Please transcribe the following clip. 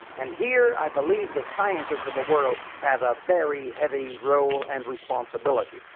and here i believe the scientists of the world have a very heavy role and responsibility.